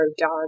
dog